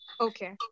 Okay